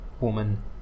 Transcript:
woman